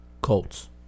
Colts